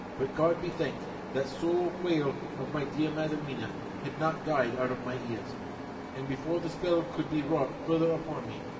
but god be thanked, that soul-wail of my dear madam mina had not died out of my ears and, before the spell could be wrought further upon me,